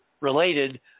related